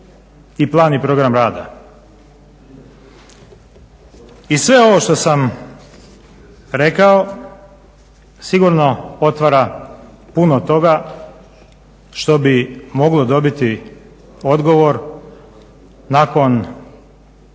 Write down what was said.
I sve ovo što sam rekao sigurno otvara puno toga što bi moglo dobiti odgovor nakon